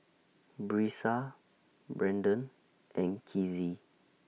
Brisa Brandan and Kizzy